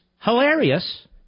hilarious